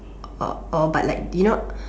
or or but like do you know